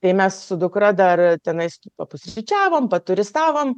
tai mes su dukra dar tenai papusryčiavom paturistavom